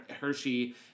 Hershey